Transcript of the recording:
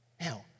Now